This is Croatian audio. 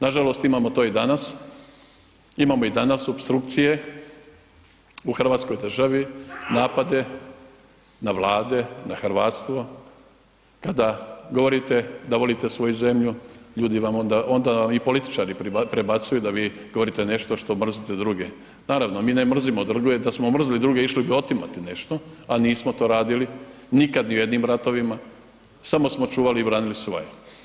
Nažalost imamo to i danas, imamo i dana opstrukcije u hrvatskoj državi, napade na Vlade, na hrvatstvo kada govorite da volite svoju zemlju, ljudi vam onda i političari vam prebacuju da vi govorite nešto što mrzite druge, naravno mi ne mrzimo druge, drugo je da smo mrzili druge išli bi otimati nešto a nismo to radili, nikad ni u jednim ratovima, samo smo čuvali i branili svoje.